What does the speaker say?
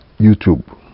YouTube